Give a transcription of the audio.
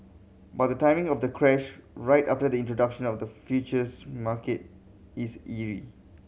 but the timing of the crash right after the introduction of the futures market is eerie